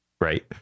right